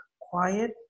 quiet